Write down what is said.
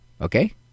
Okay